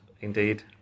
Indeed